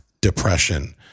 depression